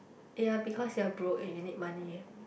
ya because you're broke and you need money